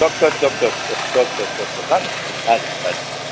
ચોક્કસ ચોક્કસ ચોક્કસ ચોક્કસ હોને હાંજી હાંજી